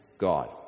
God